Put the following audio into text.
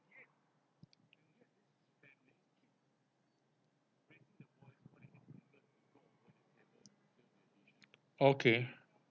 okay